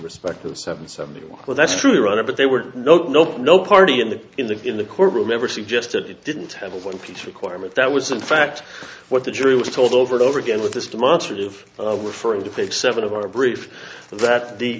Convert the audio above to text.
respect that seven seventy two well that's true on a but they were nope nope no party in the in the in the courtroom never suggested it didn't have a one piece requirement that was in fact what the jury was told over the over again with this demonstrative referring to take seven of our brief that the